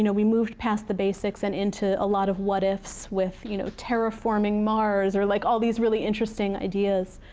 you know we moved past the basics and into a lot of what ifs with you know terraforming mars, or like all these really interesting ideas.